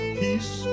peace